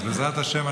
אז בעזרת השם,